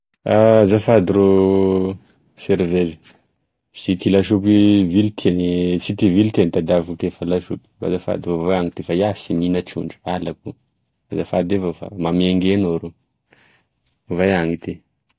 Azafady rô servezy sy ty lasopy vily ty gne sy ty vily ty e tedaviko ake fa lasopy f'azafady fa ovay any ty fa iaho sy mihina trondro alako io azafady fa miaingia anao ro, ovay any ity.